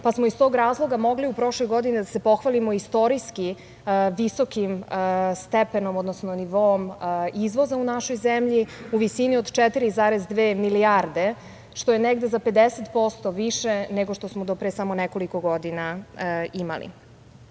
pa smo iz tog razloga mogli u prošloj godini da se pohvalimo istorijski visokim stepenom, odnosno nivoom izvoza u našoj zemlji u visini od 4,2 milijarde, što je negde za 50% više nego što do pre samo nekoliko godina imali. Naša